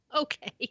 okay